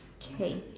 K